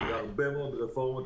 ועשינו יחד הרבה מאוד רפורמות,